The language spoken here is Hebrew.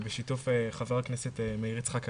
בשיתוף חבר הכנסת מאיר יצחק הלוי.